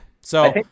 so-